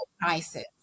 prices